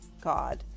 god